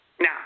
Now